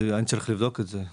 אני צריך לבדוק את זה.